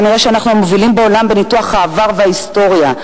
כנראה אנחנו המובילים בעולם בניתוח העבר וההיסטוריה,